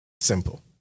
Simple